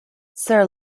sir